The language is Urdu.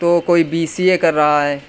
تو کوئی بی سی اے کر رہا ہے